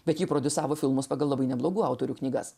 bet ji prodiusavo filmus pagal labai neblogų autorių knygas